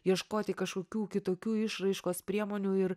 ieškoti kažkokių kitokių išraiškos priemonių ir